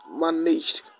managed